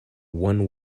one